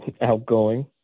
outgoing